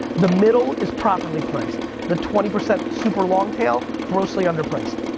the middle is properly priced. the twenty percent super-long tale, grossly under priced.